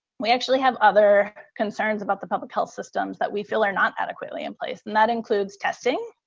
we actually have other concerns about the public health systems that we feel are not adequately in place. and that includes testing,